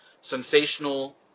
sensational